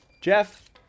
Jeff